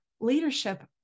leadership